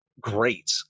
great